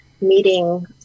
meeting